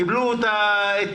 קיבלו את ההיתרים.